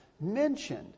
mentioned